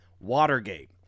Watergate